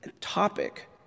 Topic